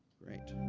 great.